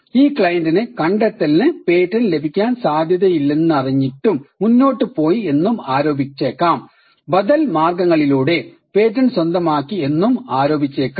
ഈ ക്ലയന്റിന് കണ്ടെത്തലിന് പേറ്റന്റ് ലഭിക്കാൻ സാധ്യതയില്ലന്നറിഞ്ഞിട്ടും മുന്നോട്ട് പോയി എന്നും ആരോപിച്ചേക്കാം ബദൽ മാർഗ്ഗങ്ങളിലൂടെ പേറ്റന്റ് സ്വന്തമാക്കി എന്നും ആരോപിച്ചേക്കാം